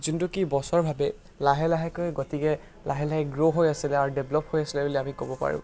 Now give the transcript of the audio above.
যোনটো কি বছৰ ভাবে লাহে লাহেকৈ গতিকে লাহে লাহে গ্ৰ' হৈ আছিলে আৰু ডেভেলপ হৈ আছিলে বুলি আমি ক'ব পাৰোঁ